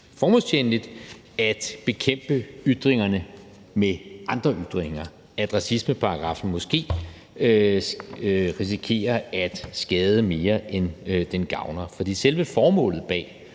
formålstjenligt at bekæmpe ytringerne med andre ytringer, og at racismeparagraffen måske risikerer at skade mere, end den gavner. For selve formålet med